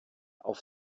auf